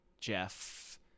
Jeff